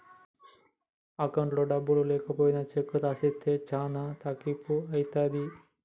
అకౌంట్లో డబ్బులు లేకపోయినా చెక్కు రాసిస్తే చానా తక్లీపు ఐతది